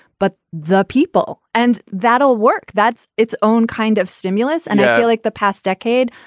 but the people. and that'll work. that's its own kind of stimulus. and like the past decade,